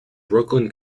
brooklyn